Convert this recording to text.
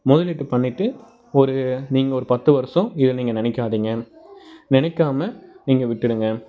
முதலீட்டு பண்ணிவிட்டு ஒரு நீங்கள் ஒரு பத்து வருஷம் இதை நீங்கள் நினைக்காதீங்க நினைக்காம நீங்கள் விட்டுவிடுங்க